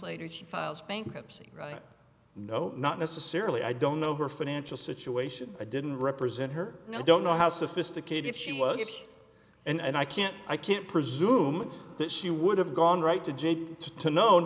later she files bankruptcy right know not necessarily i don't know her financial situation i didn't represent her now i don't know how sophisticated she was and i can't i can't presume that she would have gone right to jane to know